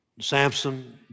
Samson